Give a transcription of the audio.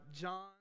John